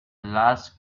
large